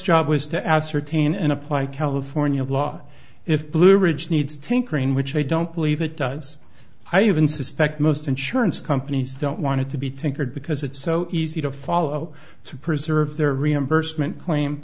job was to ascertain and apply california law if blue ridge needs tinkering which i don't believe it does i even suspect most insurance companies don't want it to be tinkered because it's so easy to follow to preserve their reimbursement claim